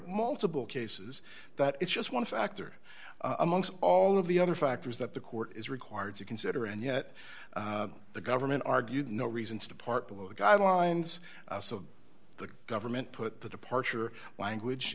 multiple cases that it's just one factor amongst all of the other factors that the court is required to consider and yet the government argued no reason to depart below the guidelines so the government put the departure language